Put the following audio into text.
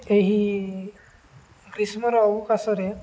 ଏହି ଗ୍ରୀଷ୍ମର ଅବକାଶରେ